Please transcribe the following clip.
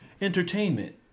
Entertainment